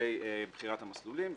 לגבי בחירת המסלולים וכולי.